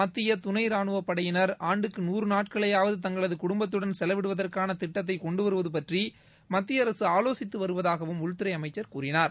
மத்திய துணை ராணுவ படையினர் ஆண்டுக்கு நூறு நாட்களையாவது தங்களது குடும்பத்துடன் செலவிடுவதற்கான திட்டத்தை கொண்டு வருவது பற்றி மத்திய அரசு ஆலோசித்து வருவதாகவும் உள்துறை அமைச்சர் கூறினார்